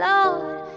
Lord